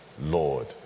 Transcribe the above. Lord